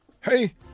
Hey